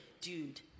dude